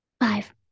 Five